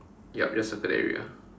yup just circle that area